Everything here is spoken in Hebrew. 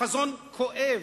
חזון כואב,